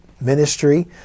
ministry